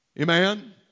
Amen